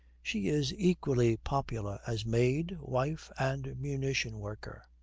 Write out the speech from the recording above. she is equally popular as maid, wife, and munition-worker.